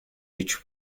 which